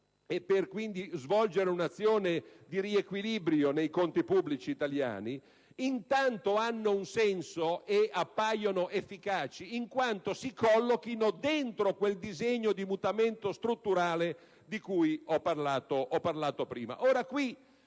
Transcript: e, quindi, per svolgere un'azione di riequilibrio nei conti pubblici italiani hanno però un senso e appaiono efficaci in quanto si collochino dentro quel disegno di mutamento strutturale di cui ho parlato prima.